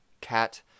Cat